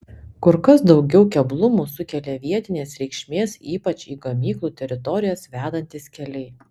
kur kas daugiau keblumų sukelia vietinės reikšmės ypač į gamyklų teritorijas vedantys keliai